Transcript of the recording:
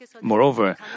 Moreover